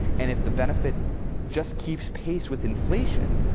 and if the benefit just keeps pace with inflation,